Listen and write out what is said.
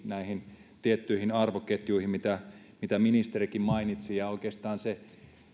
näihin tiettyihin arvoketjuihin mitä mitä ministerikin mainitsi ja oikeastaan